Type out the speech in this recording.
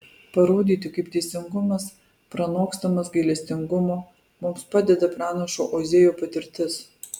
parodyti kaip teisingumas pranokstamas gailestingumo mums padeda pranašo ozėjo patirtis